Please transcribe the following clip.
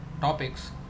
topics